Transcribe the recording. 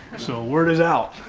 so word is out.